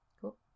Cool